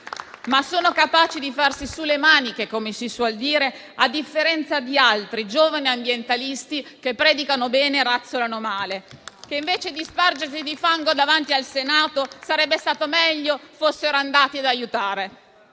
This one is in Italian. ma sono capaci di tirarsi su le maniche, come si suol dire, a differenza di altri giovani ambientalisti, che predicano bene e razzolano male e che, invece di spargersi di fango davanti al Senato, sarebbe stato meglio fossero andati ad aiutare.